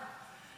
רק עוד משפט אחד.